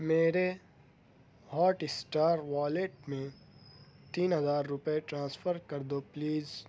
میرے Hotstar wallet میں تین ہزار روپے ٹرانسفر کر دو پلیز